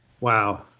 Wow